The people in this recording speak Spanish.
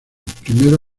primero